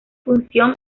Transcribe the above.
fusión